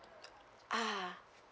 ah